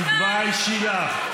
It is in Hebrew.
תתביישי לך.